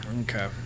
Okay